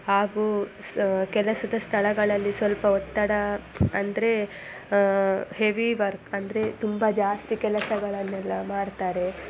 ಹಾಗೂ ಸ ಕೆಲಸದ ಸ್ಥಳಗಳಲ್ಲಿ ಸ್ವಲ್ಪ ಒತ್ತಡ ಅಂದರೆ ಹೆವಿ ವರ್ಕ್ ಅಂದರೆ ತುಂಬಾ ಜಾಸ್ತಿ ಕೆಲಸಗಳನ್ನೆಲ್ಲ ಮಾಡ್ತಾರೆ